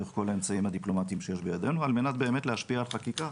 דרך כל האמצעים הדיפלומטיים שיש בידנו על מנת באמת להשפיע על חקיקה